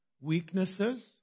weaknesses